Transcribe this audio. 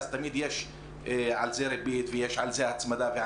אז תמיד יש על זה ריבית ויש על זה הצמדה.